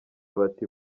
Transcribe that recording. bati